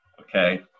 Okay